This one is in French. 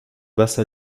basse